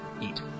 eat